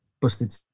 busted